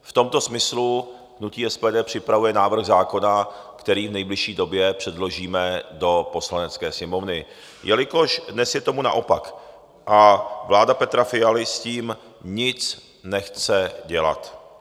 V tomto smyslu hnutí SPD připravuje návrh zákona, který v nejbližší době předložíme do Poslanecké sněmovny, jelikož dnes je tomu naopak a vláda Petra Fialy s tím nic nechce dělat.